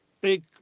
big